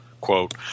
quote